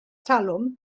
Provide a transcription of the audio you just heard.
talwm